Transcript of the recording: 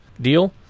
deal